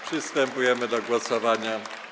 Przystępujemy do głosowania.